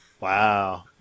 Wow